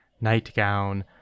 nightgown